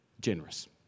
Generous